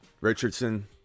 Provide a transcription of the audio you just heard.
Richardson